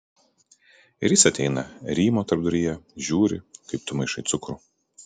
ir jis ateina rymo tarpduryje žiūri kaip tu maišai cukrų